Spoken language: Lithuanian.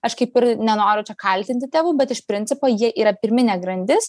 aš kaip ir nenoriu čia kaltinti tėvų bet iš principo jie yra pirminė grandis